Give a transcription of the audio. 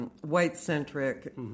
white-centric